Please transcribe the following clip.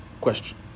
question